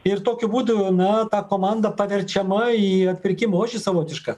ir tokiu būdu na ta komanda paverčiama į atpirkimo ožį savotišką